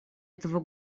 этого